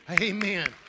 Amen